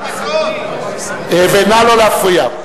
נא לא להפריע.